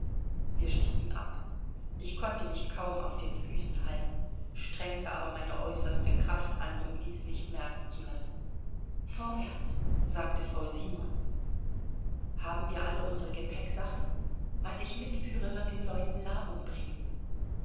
wir stiegen ab ich konnte mich kaum auf den füßen halten strengte aber meine äußerste kraft an um dies nicht merken zu lassen vorwärts sagte frau simon haben wir alle unsere gepäcksachen was ich mitführe wird den leuten labung bringen